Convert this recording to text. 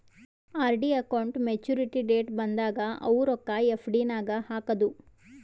RD account maturity date ಬಂದಾಗ ಅವು ರೊಕ್ಕಾ ಎಫ್.ಡಿ ನಾಗ್ ಹಾಕದು